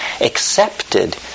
accepted